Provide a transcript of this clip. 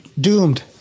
Doomed